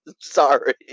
Sorry